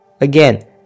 Again